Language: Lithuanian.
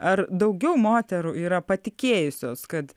ar daugiau moterų yra patikėjusios kad